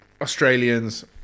australians